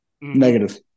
Negative